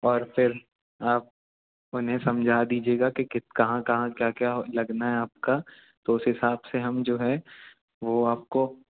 और फिर आप आप उन्हें समझा दीजिएगा कि कहाँ कहाँ क्या क्या लगना है आपका तो उस हिसाब से हम जो है वे आपको